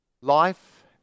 Life